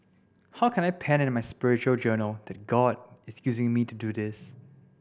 how can I pen in my spiritual journal that God is using me to do this